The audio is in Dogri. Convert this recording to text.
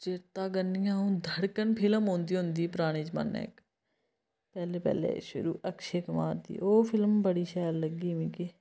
चेता गै नी औंदा धड़कन फिल्म होंदी होंदी पराने जमान्ने इक पैह्ले पैह्ले शुरू अक्षय कुमार दी ओह् ओह् फिल्म बड़ी शैल लग्गी मिगी